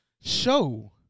show